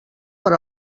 per